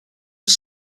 was